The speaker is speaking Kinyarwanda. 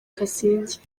kasinge